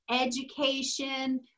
education